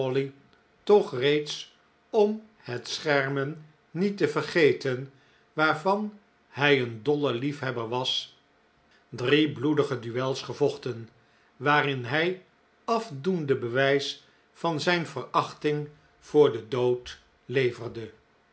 toch reeds om het schermen niet te vergeten waarvan hij een dolle liefhebber was drie bloedige duels gevochten waarin hij afdoende bewijs van zijn verachting voor den dood leverde